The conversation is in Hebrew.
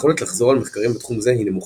היכולת לחזור על מחקרים בתחום זה היא נמוכה.